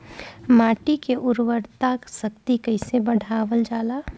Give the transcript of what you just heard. माटी के उर्वता शक्ति कइसे बढ़ावल जाला?